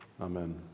Amen